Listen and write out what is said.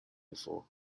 before